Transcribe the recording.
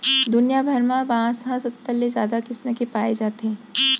दुनिया भर म बांस ह सत्तर ले जादा किसम के पाए जाथे